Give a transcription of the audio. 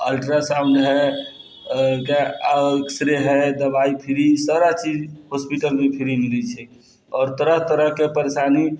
ultrasound हइ अहाँके x-ray हइ दवाइ फ्री सारा चीज हॉस्पिटलमे फ्री मिलै छै आओर तरह तरहके परेशानी